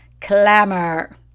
clamor